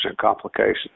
complications